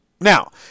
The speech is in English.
Now